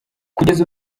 kugeza